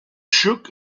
shook